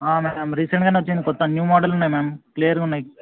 ma'am రీసెంట్గానే వొచ్చింది కొత్త న్యూ మోడలున్నాయి మ్యామ్ క్లియర్గా ఉన్నాయి